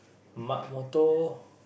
my motto